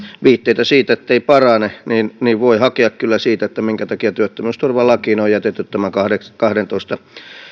viitteitä siitä ettei parane voi hakea kyllä siitä minkä takia työttömyysturvalakiin on on jätetty tämän kahdentoista